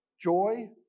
joy